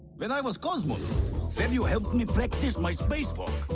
when i was cosmic have you helped me practice my facebook?